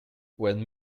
when